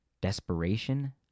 desperation